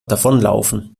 davonlaufen